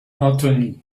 antony